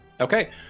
Okay